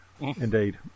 Indeed